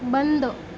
बंद